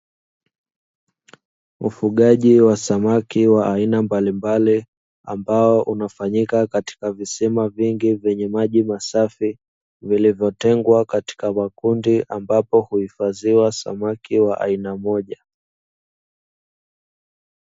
Ufugaji wa samaki wa aina mbalimbali ambao hufanyika katika visima vingi vyenye maji masafi, vilivyotengwa katika makundi ambapo huifadhiwa samaki wa aina moja.